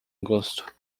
agosto